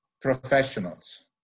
professionals